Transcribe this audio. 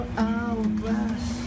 hourglass